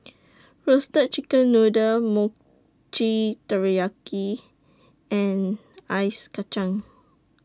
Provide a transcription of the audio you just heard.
Roasted Chicken Noodle Mochi Taiyaki and Ice Kachang